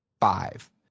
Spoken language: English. five